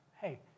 Hey